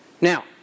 Now